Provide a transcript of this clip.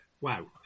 Wow